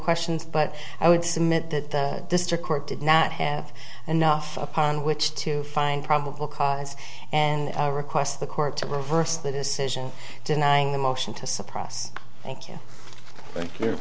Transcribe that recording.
questions but i would submit that the district court did not have enough upon which to find probable cause and request the court to reverse the decision denying the motion to suppress thank you